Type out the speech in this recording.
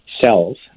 cells